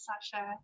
sasha